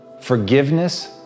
forgiveness